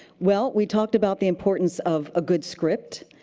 well, we talk about the importance of a good script.